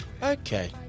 Okay